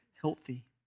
healthy